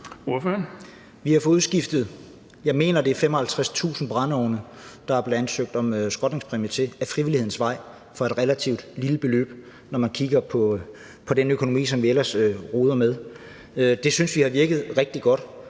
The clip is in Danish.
vi har fået udskiftet, og som der er blevet ansøgt om skrotningspræmie til ad frivillighedens vej, for et relativt lille beløb, når man kigger på den økonomi, som vi ellers roder med. Det synes vi har virket rigtig godt.